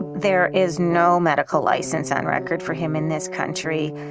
there is no medical license on record for him in this country.